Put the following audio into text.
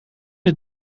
het